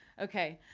okay.